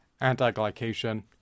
anti-glycation